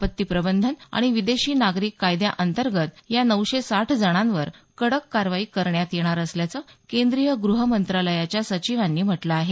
आपत्ती प्रबंधन आणि विदेशी नागरिक कायद्याअंतर्गत या नऊशे साठ जणांवर कडक कारवाई करण्यात येणार असल्याचं केंद्रीय गृह मंत्रालयाच्या सचिवांनी म्हटलं आहे